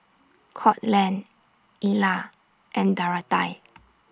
Courtland Illya and Dorathy